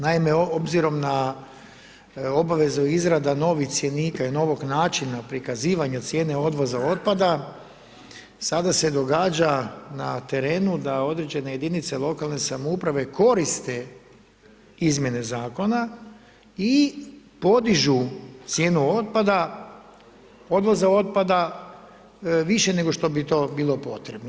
Naime, obzirom na obvezu izrade novih cjenika i novog načina prikazivanja cijene odvoza otpada, sada se događa na terenu, da određene jedinice lokalne samouprave, koriste izmjene zakona i podižu cijenu otpada, odvoza otpada, više nego što bi to bilo potrebno.